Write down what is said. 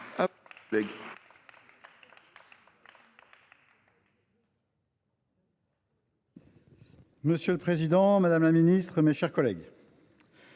Monsieur le président, madame la ministre déléguée, mes chers collègues,